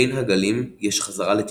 בין הגלים יש חזרה לתפקוד.